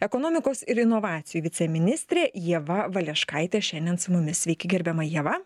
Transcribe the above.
ekonomikos ir inovacijų viceministrė ieva valeškaitė šiandien su mumis sveiki gerbiama ieva